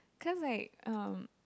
because like um